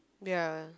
ya